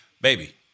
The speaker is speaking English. baby